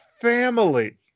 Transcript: family